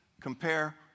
compare